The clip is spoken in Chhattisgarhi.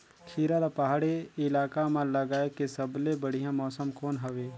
खीरा ला पहाड़ी इलाका मां लगाय के सबले बढ़िया मौसम कोन हवे?